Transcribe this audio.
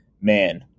Man